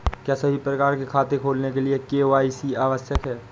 क्या सभी प्रकार के खाते खोलने के लिए के.वाई.सी आवश्यक है?